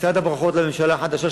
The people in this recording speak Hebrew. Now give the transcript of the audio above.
לצד הברכות לממשלה החדשה,